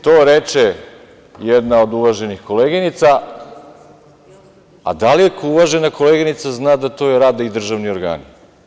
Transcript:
To reče jedna od uvaženih kolegina, a da li uvažena koleginica zna da to rade i državni organi?